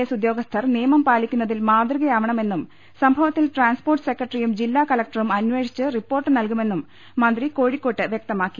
S ഉദ്യോഗസ്ഥർ നിയമം പാലിക്കുന്നതിൽ മാതൃ കയാവണമെന്നും സംഭവത്തിൽ ട്രാൻസ്പോർട്ട് സെക്രട്ടറിയും ജില്ലാ കലക്ടറും അന്വേഷിച്ച് റിപ്പോർട്ട് നൽകുമെന്നും മന്ത്രി കോഴിക്കോട്ട് വൃക്തമാക്കി